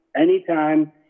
anytime